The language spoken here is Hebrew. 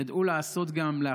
ידעו גם לעשות,